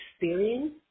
experience